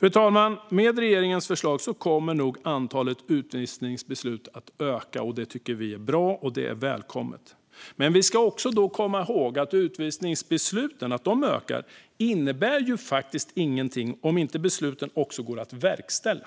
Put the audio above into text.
Fru talman! Med regeringens förslag kommer nog antalet utvisningsbeslut att öka. Det tycker vi är bra, och det är välkommet. Men vi ska komma ihåg att det faktum att utvisningsbesluten ökar inte betyder något om inte besluten också går att verkställa.